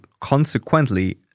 consequently